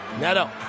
Neto